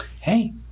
hey